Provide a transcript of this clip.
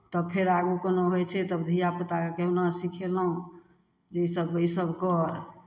तब फेर आगू कोनो होइ छै तऽ धियापुताकेँ कहुना सिखयलहुँ जे इसभ इसभ कर